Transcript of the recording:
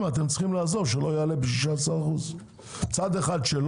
אתם צריכים לעזור כך שלא יעלה ב-16% וגם צריכים